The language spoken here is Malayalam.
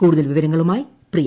കൂടുതൽ വിവരങ്ങളുമായി പ്രിയ